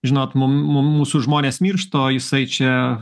žinot mum mum mūsų žmonės miršta o jisai čia